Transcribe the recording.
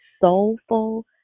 soulful